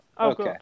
Okay